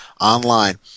online